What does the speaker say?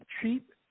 cheap